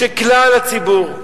של כלל הציבור.